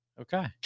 Okay